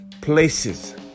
places